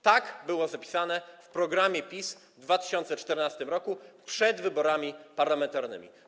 Tak było zapisane w programie PiS z 2014 r., przed wyborami parlamentarnymi.